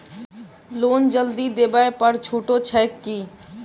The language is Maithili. लोन जल्दी देबै पर छुटो छैक की?